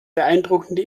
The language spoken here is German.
beeindruckende